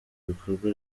bikorwa